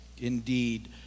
indeed